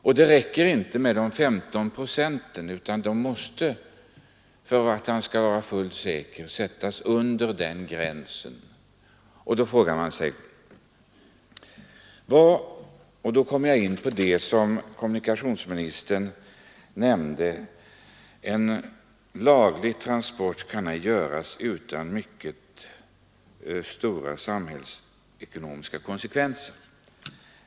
Och det räcker inte med de 15 procenten, utan åkaren måste för att vara fullt säker hålla sig under den gränsen. Då kommer jag in på det uttalande som kommunikationsministern omnämnde, att en laglig transport ej kan göras utan mycket stora samhällsekonomiska konsekvenser.